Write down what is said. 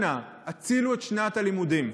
אנא, הצילו את שנת הלימודים.